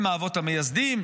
הם האבות המייסדים.